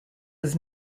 was